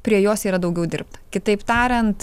prie jos yra daugiau dirbta kitaip tariant